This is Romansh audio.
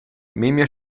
memia